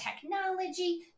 technology